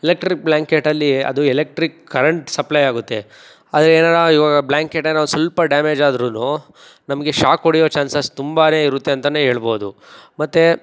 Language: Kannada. ಎಲೆಕ್ಟ್ರಿಕ್ ಬ್ಲ್ಯಾಂಕೆಟಲ್ಲಿ ಅದು ಎಲೆಕ್ಟ್ರಿಕ್ ಕರೆಂಟ್ ಸಪ್ಲೈಯಾಗುತ್ತೆ ಅದು ಏನಾರ ಇವಾಗ ಬ್ಲ್ಯಾಂಕೆಟ್ ಏನಾದ್ರು ಸ್ವಲ್ಪ ಡ್ಯಾಮೇಜಾದ್ರೂ ನಮಗೆ ಶಾಕ್ ಹೊಡಿಯುವ ಚಾನ್ಸಸ್ ತುಂಬಾ ಇರುತ್ತೆ ಅಂತ ಹೇಳ್ಬೌದು ಮತ್ತು